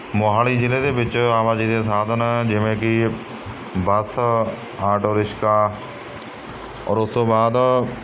ਮੋਹਾਲੀ ਜ਼ਿਲ੍ਹੇ ਦੇ ਵਿੱਚ ਆਵਾਜਾਈ ਦੇ ਸਾਧਨ ਜਿਵੇਂ ਕਿ ਬੱਸ ਆਟੋ ਰਿਸ਼ਕਾ ਔਰ ਉਸ ਤੋਂ ਬਾਅਦ